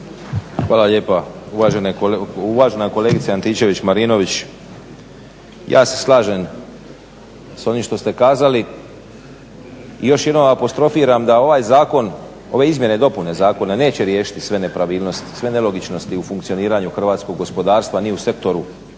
Hvala lijepa. Uvažena kolegice Antičević-Marinović, ja se slažem sa onim što ste kazali i još jednom apostrofiram da ovaj zakon, ove izmjene i dopune zakona neće riješiti sve nepravilnosti, sve nelogičnosti u funkcioniranju hrvatskog gospodarstva ni u sektoru